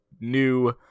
new